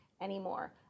anymore